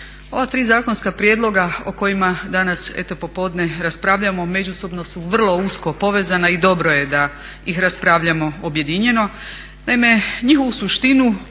Ova tri zakonska prijedloga o kojima danas eto popodne raspravljamo međusobno su vrlo usko povezana i dobro je da ih raspravljamo objedinjeno.